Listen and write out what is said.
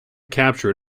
capture